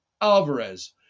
alvarez